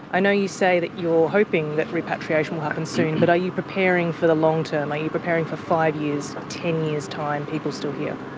i know you say that you're hoping that repatriation will happen soon. but are you preparing for the long term are you preparing for five years ten years time people still here.